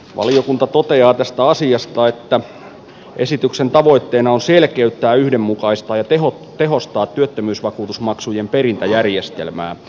valiokunta toteaa tästä asiasta että esityksen tavoitteena on selkeyttää yhdenmukaistaa ja tehostaa työttömyysvakuutusmaksujen perintäjärjestelmää